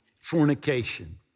fornication